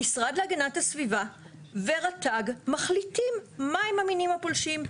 המשרד להגנת הסביבה ורט"ג מחליטים מה הם המינים הפולשים.